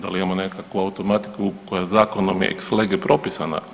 Da li imamo nekakvu automatiku koja je zakonom ex lege propisana?